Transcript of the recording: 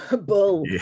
bull